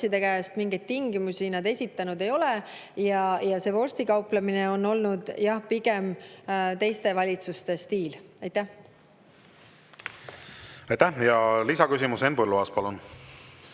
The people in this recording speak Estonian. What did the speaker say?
käest. Mingeid tingimusi nad esitanud ei ole. See vorstikauplemine on olnud jah pigem teiste valitsuste stiil. Aitäh! Ja lisaküsimus, Henn Põlluaas, palun!